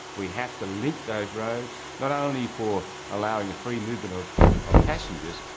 we have to link those roads, not only for allowing the free movement of ah passengers,